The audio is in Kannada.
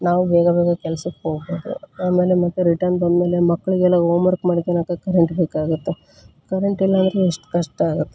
ನಾವು ಬೇಗ ಬೇಗ ಕೆಲ್ಸಕ್ಕೆ ಹೋಗ್ಬೋದು ಆಮೇಲೆ ಮತ್ತೆ ರಿಟರ್ನ್ ಬಂದ್ಮೇಲೆ ಮಕ್ಳಗೆಲ್ಲ ಓಮ್ವರ್ಕ್ ಮಾಡೋ ತನಕ ಕರೆಂಟ್ ಬೇಕಾಗುತ್ತ ಕರೆಂಟಿಲ್ಲ ಅಂದರೆ ಎಷ್ಟು ಕಷ್ಟ ಆಗತ್ತೆ